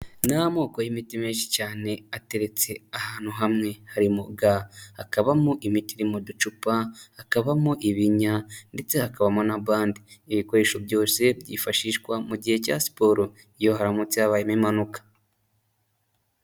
Ni amoko y'imiti menshi cyane ateretse ahantu hamwe, harimo ga, hakabamo imiti iri mu ducupa, hakabamo ibinya ndetse hakabamo na bande, ibikoresho byose byifashishwa mu gihe cya siporo, iyo haramutse habayemo impanuka.